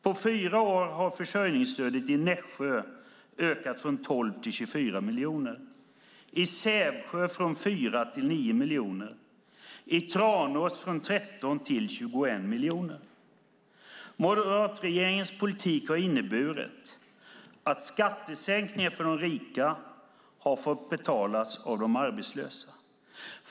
På fyra år har försörjningsstödet i Nässjö ökat från 12 till 24 miljoner. I Sävsjö har det ökat från 4 till 9 miljoner och i Tranås från 13 till 21 miljoner. Moderatregeringens politik har inneburit att skattesänkningar för de rika betalats av de arbetslösa.